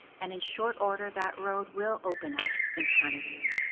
and in short order that road will open up in front of you,